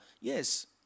Yes